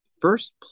first